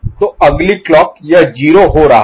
तो अगली क्लॉक यह 0 हो रहा है